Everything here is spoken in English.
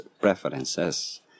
preferences